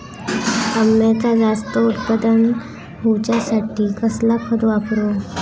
अम्याचा जास्त उत्पन्न होवचासाठी कसला खत वापरू?